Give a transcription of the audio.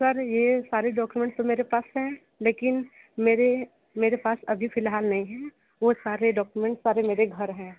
sir ये सारे documents तो मेरे पास हैं लेकिन मेरे मेरे पास अभी फ़िलहाल नहीं हैं वो सारे डॉक्यूमेंट्स सारे मेरे घर हैं